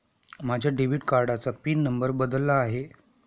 माझ्या डेबिट कार्डाचा pin number बदलला आहे